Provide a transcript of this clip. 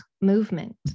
movement